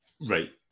right